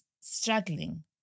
struggling